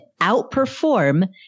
outperform